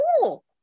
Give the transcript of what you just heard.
cool